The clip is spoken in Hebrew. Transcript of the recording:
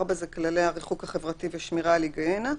4 זה כללי הריחוק החברתי ושמירה על היגיינה,